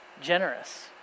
generous